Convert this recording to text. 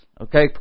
Okay